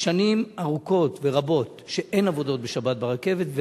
שנים ארוכות ורבות שאין עבודות בשבת ברכבת,